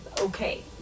okay